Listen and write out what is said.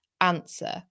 answer